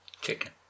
Chicken